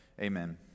amen